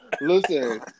listen